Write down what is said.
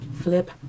flip